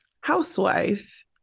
housewife